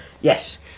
Yes